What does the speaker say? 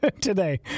today